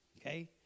okay